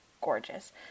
gorgeous